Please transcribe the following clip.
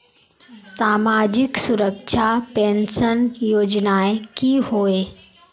सामाजिक सुरक्षा पेंशन योजनाएँ की होय?